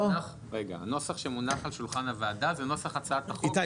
הנוסח שמונח על שולחן הוועדה --- איתי,